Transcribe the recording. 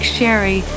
Sherry